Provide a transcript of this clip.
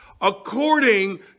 according